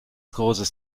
großes